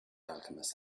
alchemist